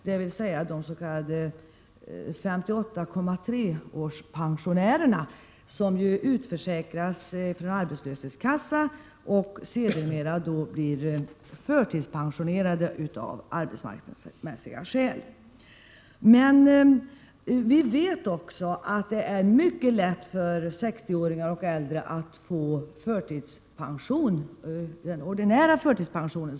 Det gäller de s.k. 58,3-års pensionärerna som utförsäkras från arbetslöshetskassan och sedermera blir förtidspensionerade av arbetsmarknadsmässiga skäl. Men vi vet också att det är mycket lätt för 60-åringar och äldre att få ordinär förtidspension.